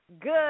Good